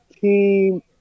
team